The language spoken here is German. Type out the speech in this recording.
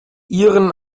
iren